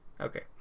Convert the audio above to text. Okay